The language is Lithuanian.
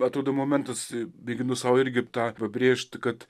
atrodo momentas mėginu sau irgi tą pabrėžt kad